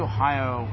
Ohio